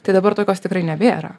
tai dabar tokios tikrai nebėra